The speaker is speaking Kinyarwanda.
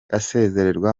asezererwa